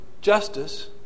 justice